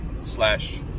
slash